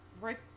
Right